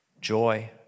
joy